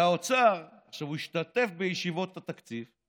עכשיו, הוא השתתף בישיבות התקציב,